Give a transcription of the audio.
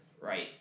Right